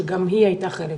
שגם היא הייתה חלק.